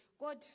God